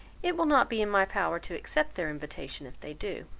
it will not be in my power to accept their invitation if they do.